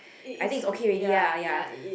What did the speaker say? I think it's okay already lah ya